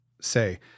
say